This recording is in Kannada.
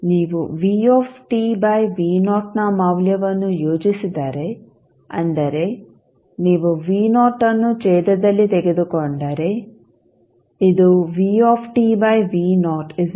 ಆದ್ದರಿಂದ ನೀವು ನ ಮೌಲ್ಯವನ್ನು ಯೋಜಿಸಿದರೆ ಅಂದರೆ ನೀವು ಅನ್ನು ಛೇದದಲ್ಲಿ ತೆಗೆದುಕೊಂಡರೆ ಇದು ಆಗುತ್ತದೆ